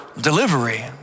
delivery